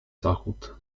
zachód